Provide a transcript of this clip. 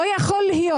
לא יכול להיות,